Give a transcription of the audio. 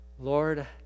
Lord